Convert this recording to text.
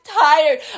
tired